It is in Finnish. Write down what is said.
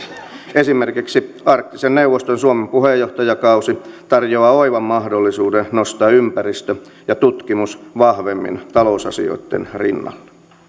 esimerkiksi arktisen neuvoston suomen puheenjohtajakausi tarjoaa oivan mahdollisuuden nostaa ympäristö ja tutkimus vahvemmin talousasioitten rinnalle